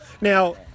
now